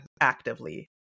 actively